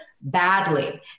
badly